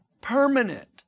Permanent